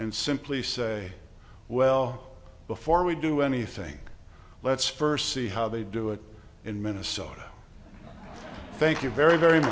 and simply say well before we do anything let's first see how they do it in minnesota thank you very very